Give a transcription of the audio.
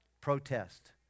Protest